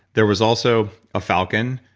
there was also a falcon.